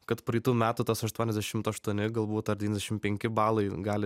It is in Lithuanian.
kad praeitų metų tas aštuoniasdešimt aštuoni galbūt ar devyniasdešim penki balai gali